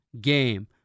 game